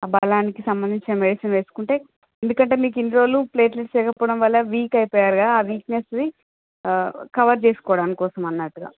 బలానికి సంబంధించిన మెడిసిన్ వేసుకుంటే ఎందుకంటే మీకు ఇన్ని రోజులు ప్లేటెలెట్స్ లేకపోవడం వల్ల వీక్ అయిపోయారు కదా ఆ వీక్నెస్ని కవర్ చేసుకోవడం కోసం అన్నట్టుగా